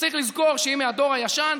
צריך לזכור שהיא מהדור הישן,